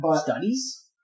studies